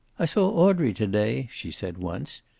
i saw audrey to-day, she said once.